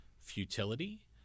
futility